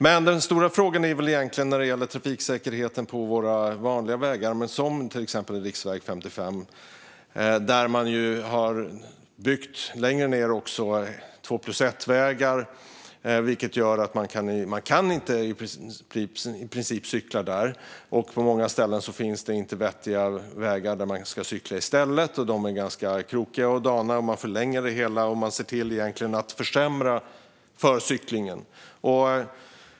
Men den stora frågan gäller väl egentligen trafiksäkerheten på våra stora vägar, till exempel riksväg 55, där man längre ned har byggt två-plus-ett-vägar, vilket gör att det i princip inte går att cykla där. På många ställen finns det inte heller några vettiga vägar att cykla på i stället. De är ganska krokiga och dana och förlänger det hela, så man ser egentligen till att försämra för cyklingen.